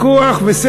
אין ויכוח,